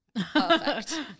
Perfect